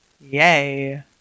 Yay